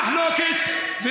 ריבונותה לא במחלוקת,